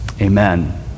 Amen